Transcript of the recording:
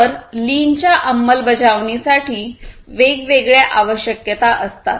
तर लीनच्या अंमलबजावणी साठी वेगवेगळ्या आवश्यकता असतात